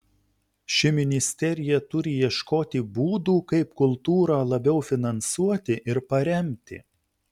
ši ministerija turi ieškoti būdų kaip kultūrą labiau finansuoti ir paremti